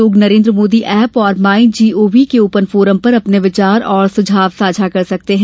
लोग नरेन्द्र मोदी ऐप और my G O V open forum पर अपने विचार और सुझाव साझा कर सकते हैं